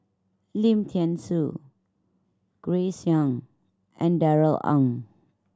Lim Thean Soo Grace Young and Darrell Ang